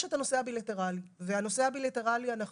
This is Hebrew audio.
יש את הנושא הבילטרלי ובנושא הבילטרלי אנחנו